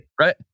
Right